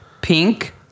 pink